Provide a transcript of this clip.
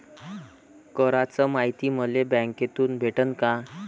कराच मायती मले बँकेतून भेटन का?